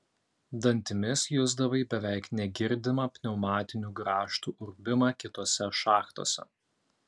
dantimis jusdavai beveik negirdimą pneumatinių grąžtų urbimą kitose šachtose